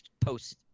post